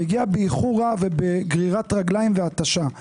מגיע באיחור רב ובגרירת רגליים והתשה,